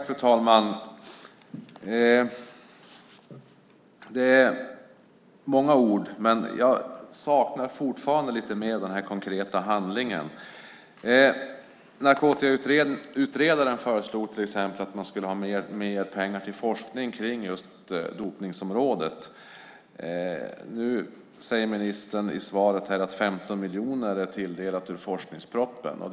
Fru talman! Det är många ord, men fortfarande saknar jag lite mer av konkret handling. Narkotikautredaren föreslog till exempel mer pengar till forskning på dopningsområdet. I svaret här säger ministern att 15 miljoner avsätts i forskningspropositionen.